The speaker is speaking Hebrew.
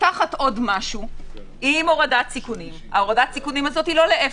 פותחת עוד משהו עם הורדת סיכונים - היא לא לאפס.